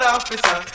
officer